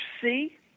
see